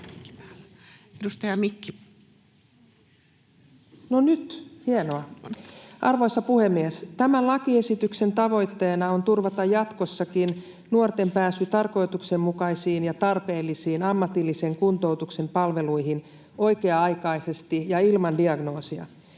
Time: 14:49 Content: Arvoisa puhemies! Tämän lakiesityksen tavoitteena on turvata jatkossakin nuorten pääsy tarkoituksenmukaisiin ja tarpeellisiin ammatillisen kuntoutuksen palveluihin oikea-aikaisesti ja ilman diagnoosia.